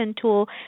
tool